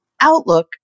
outlook